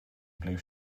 blue